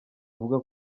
uvuga